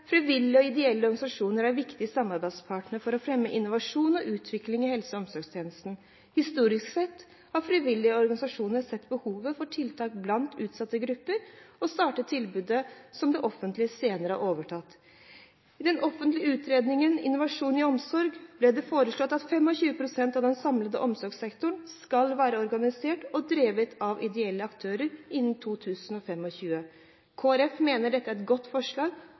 Frivillige og ideelle organisasjoner er viktige samarbeidspartnere for å fremme innovasjon og utvikling i helse- og omsorgstjenestene. Historisk sett har frivillige organisasjoner sett behovet for tiltak blant utsatte grupper og startet tilbud som det offentlige senere har overtatt. I den offentlige utredningen Innovasjon i omsorg ble det foreslått at 25 pst. av den samlede omsorgssektoren skal være organisert og drevet av ideelle aktører innen 2025. Kristelig Folkeparti mener dette er et godt forslag,